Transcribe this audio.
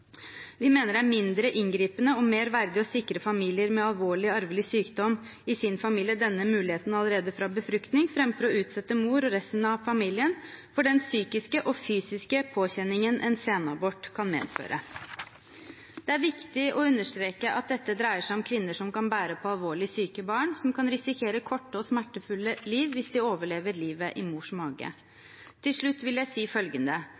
Vi mener det er mindre inngripende og mer verdig å sikre familier med alvorlig arvelig sykdom i sin familie denne muligheten allerede fra befruktning, framfor å utsette mor og resten av familien for den psykiske og fysiske påkjenningen en senabort kan medføre. Det er viktig å understreke at dette dreier seg om kvinner som kan bære på alvorlig syke barn som kan risikere et kort og smertefullt liv hvis de overlever livet i mors mage. Til slutt vil jeg si følgende: